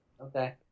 Okay